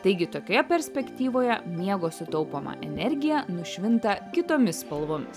taigi tokioje perspektyvoje miego sutaupoma energija nušvinta kitomis spalvomis